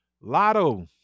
Lotto